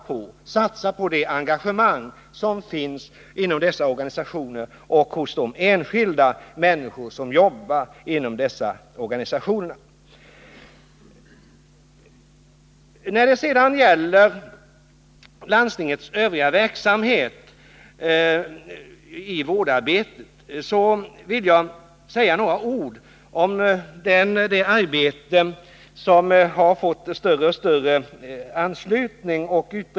Man måste satsa på det engagemang som dessa organisationer och enskilda människor inom dem har. Beträffande landstingens övriga verksamhet skall jag säga några ord om deras friskvårdsarbete, som har vunnit allt större anslutning.